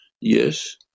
Yes